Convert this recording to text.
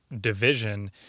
division